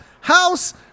house